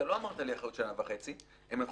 לא אמרת לי אחריות שנה וחצי - הם ילכו